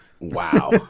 Wow